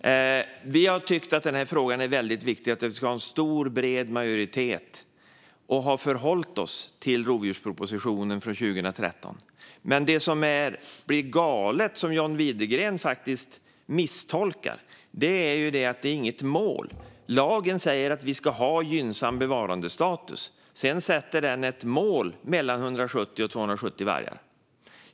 Vi har tyckt att den här frågan är väldigt viktig och att det ska ha en stor bred majoritet. Vi har förhållit oss till rovdjurspropositionen från 2013. Men det som blir galet och som John Widegren faktiskt misstolkar är att detta inte är något mål. Lagen säger att vi ska ha gynnsam bevarandestatus, sedan sätter den ett mål mellan 170 och 270 vargar.